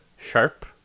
sharp